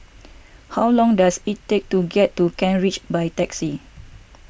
how long does it take to get to Kent Ridge by taxi